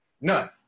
None